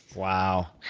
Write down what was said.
wow.